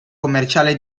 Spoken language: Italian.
commerciale